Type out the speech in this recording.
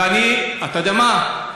אתה יודע מה?